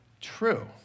True